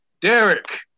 Derek